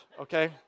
okay